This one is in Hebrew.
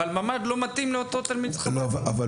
אבל ממ"ד לא מתאים לאותו תלמיד חב"דניק.